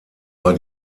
war